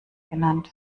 genannt